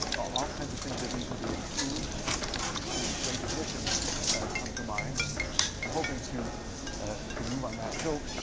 all kinds of things that need to be improved, and all kinds of great additions come to mind, and i'm hoping to ah to move on that. so,